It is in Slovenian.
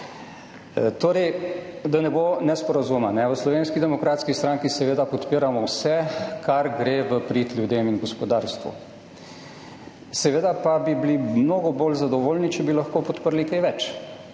Torej, da ne bo nesporazuma. V Slovenski demokratski stranki seveda podpiramo vse, kar gre v prid ljudem in gospodarstvu. Seveda pa bi bili mnogo bolj zadovoljni, če bi lahko podprli kaj več.